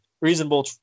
reasonable